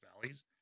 valleys